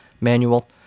manual